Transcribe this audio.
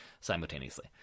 simultaneously